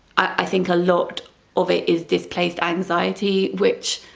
i think a lot of it is displaced anxiety which